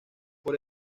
por